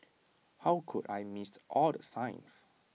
how could I missed all the signs